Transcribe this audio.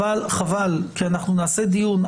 אנחנו נעשה דיון,